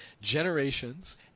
Generations